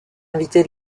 invité